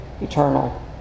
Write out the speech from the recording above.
eternal